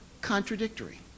contradictory